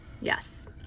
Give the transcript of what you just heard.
yes